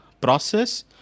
process